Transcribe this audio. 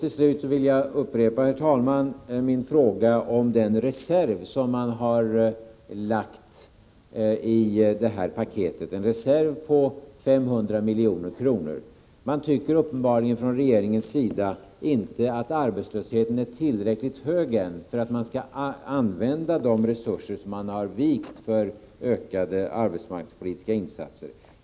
Till slut vill jag upprepa min fråga om den reserv som man har lagt i paketet — en reserv på 500 milj.kr. Regeringen tycker uppenbarligen inte att arbetslösheten är tillräckligt hög ännu för att man skall använda de resurser man har vikt för ökade arbetsmarknadspolitiska insatser.